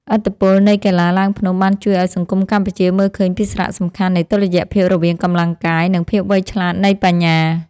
ឥទ្ធិពលនៃកីឡាឡើងភ្នំបានជួយឱ្យសង្គមកម្ពុជាមើលឃើញពីសារៈសំខាន់នៃតុល្យភាពរវាងកម្លាំងកាយ និងភាពវៃឆ្លាតនៃបញ្ញា។